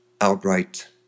outright